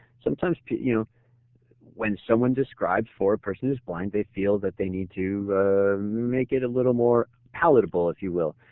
sometimes when someone describes for a person who is blind they feel that they need to make it a little more palatable, if you will,